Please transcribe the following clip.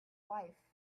wife